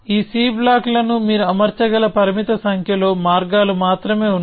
ఈ C block లను మీరు అమర్చగల పరిమిత సంఖ్యలో మార్గాలు మాత్రమే ఉన్నాయి